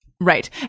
Right